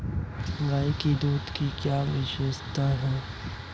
गाय के दूध की क्या विशेषता है?